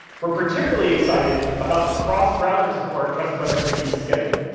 we're particularly excited about the cross-browser support trusted web activities is getting.